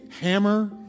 hammer